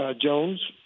Jones